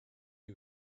who